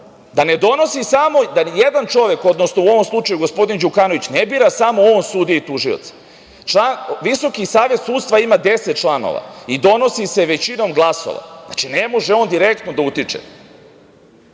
da zna da jedan čovek, u ovom slučaju gospodin Đukanović, ne bira samo on sudije i tužioce. Visoki Savet sudstva ima 10 članova i donosi se većinom glasova. Znači, ne može on direktno da utiče,